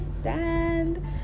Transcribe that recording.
stand